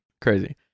crazy